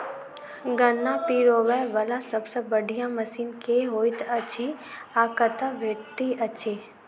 गन्ना पिरोबै वला सबसँ बढ़िया मशीन केँ होइत अछि आ कतह भेटति अछि?